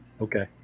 Okay